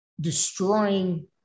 destroying